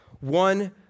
one